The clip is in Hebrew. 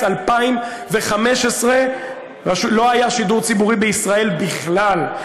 2015 לא היה שידור ציבורי בישראל בכלל,